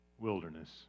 wilderness